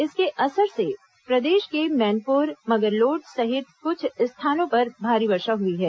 इसके असर से प्रदेश के मैनपुर मगरलोड सहित कुछ स्थानों पर भारी वर्षा हुई है